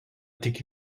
tik